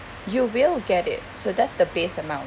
you will get it so that's the base amount